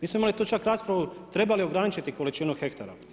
Mi smo imali ti čak raspravu, trebali ograničiti količinu hektara?